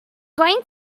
going